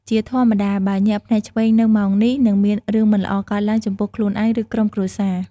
ជាធម្មតាបើ ញាក់ភ្នែកឆ្វេងនៅម៉ោងនេះ នឹងមានរឿងមិនល្អកើតឡើងចំពោះខ្លួនឯង ឬក្រុមគ្រួសារ។